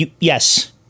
yes